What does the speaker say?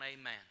amen